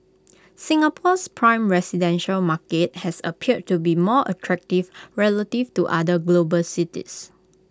Singapore's prime residential market has appeared to be more attractive relative to other global cities